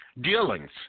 dealings